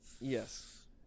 yes